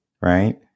Right